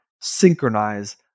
synchronize